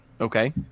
Okay